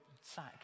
sack